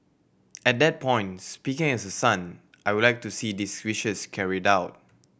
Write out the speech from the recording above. at that point speaking as a son I would like to see these wishes carried out